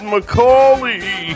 McCauley